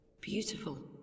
beautiful